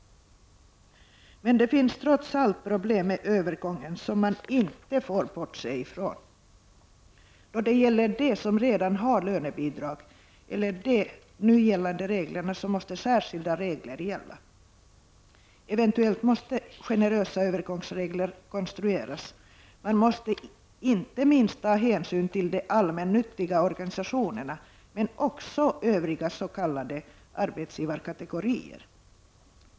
Men det finns trots allt problem med övergången som man inte får bortse ifrån. För dem som redan har lönebidrag måste särskilda regler gälla. Eventuellt måste generösa övergångsregler konstrueras. Man måste inte minst ta hänsyn till de allmännyttiga organisationerna, men också till övriga s.k. arbetsgivarkategorier.